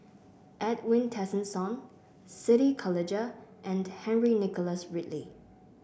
Edwin Tessensohn Siti Khalijah and Henry Nicholas Ridley